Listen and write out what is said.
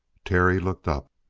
terry looked up.